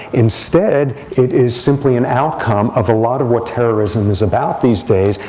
instead, it is simply an outcome of a lot of what terrorism is about these days,